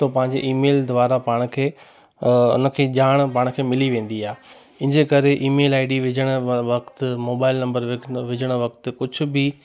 त पंहिंजे ईमेल द्वारा पाण खे उनखे ॼाण पाण खे मिली वेंदी आहे इन जे करे ईमेल आई डी विझणु व वक़्तु मोबाइल नम्बर विझणु वक़्तु कुझु बि